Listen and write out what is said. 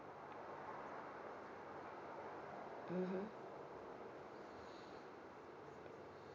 mmhmm